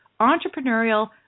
entrepreneurial